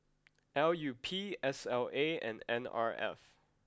L U P S L A and N R F